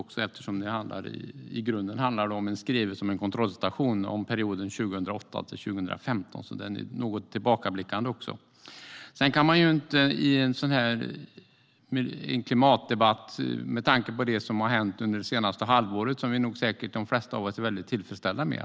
I grunden handlar det om en skrivelse om en kontrollstation och om perioden 2008-2015. Debatten är alltså också något tillbakablickande. Man kan i en klimatdebatt inte bortse från det som har hänt under det senaste halvåret och som de flesta av oss är tillfredsställda med.